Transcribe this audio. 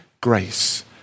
grace